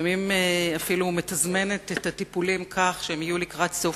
לפעמים אפילו מתזמנת את הטיפולים כך שהם יהיו לקראת סוף